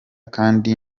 kandi